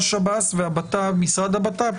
יש הבדל --- אבל מר פסטרנק,